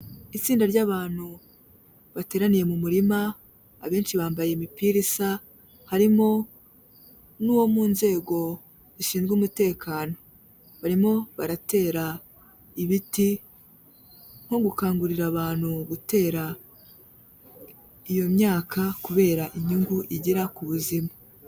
Itsinda ry'abantu bateraniye mu murima, abenshi bambaye imipira isa, harimo n'uwo mu nzego zishinzwe umutekano, barimo baratera ibiti nko gukangurira abantu gutera iyo myaka, kubera inyungu igira ku buzima.